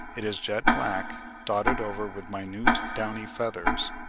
it is jet-black, dotted over with minute downy feathers.